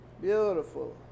Beautiful